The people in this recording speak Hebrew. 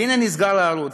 והנה, נסגר הערוץ.